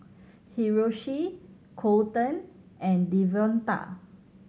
Hiroshi Colton and Devonta